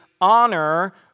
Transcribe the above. honor